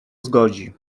zgodzi